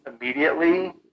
immediately